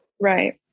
Right